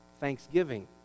thanksgiving